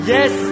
Yes